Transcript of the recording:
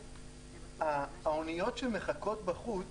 האוניות שמחכות בחוץ